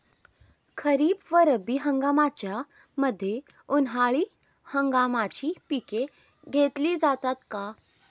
खरीप व रब्बी हंगामाच्या मध्ये उन्हाळी हंगामाची पिके घेतली जातात का?